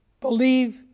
believe